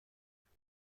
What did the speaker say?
دونن